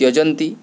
त्यजन्ति